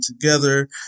together